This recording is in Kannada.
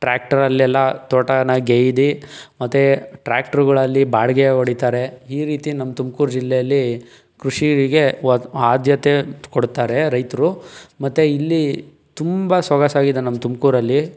ಟ್ರಾಕ್ಟರ್ಲೆಲ್ಲ ತೋಟನ ಗೆಯ್ದು ಮತ್ತೆ ಟ್ರಾಕ್ಟ್ರುಗಳಲ್ಲಿ ಬಾಡಿಗೆ ಹೊಡಿತಾರೆ ಈ ರೀತಿ ನಮ್ಮ ತುಮಕೂರು ಜಿಲ್ಲೆಯಲಿ ಕೃಷಿಗೆ ಒಂ ಆದ್ಯತೆ ಕೊಡ್ತಾರೆ ರೈತರು ಮತ್ತೆ ಇಲ್ಲಿ ತುಂಬ ಸೊಗಸಾಗಿದೆ ನಮ್ಮ ತುಮಕೂರಲ್ಲಿ